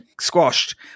Squashed